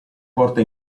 porta